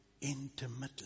intimately